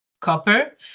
copper